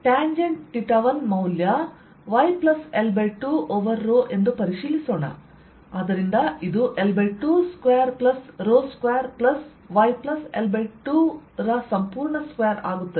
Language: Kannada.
ಟ್ಯಾಂಜೆಂಟ್ 1ಮೌಲ್ಯ y L2 ಓವರ್ ರೋ ಎಂದು ಪರಿಶೀಲಿಸೋಣ ಆದ್ದರಿಂದ ಇದು L2 square plus rho square plus y plus L2 ಸಂಪೂರ್ಣ ಸ್ಕ್ವೇರ್ ಆಗುತ್ತದೆ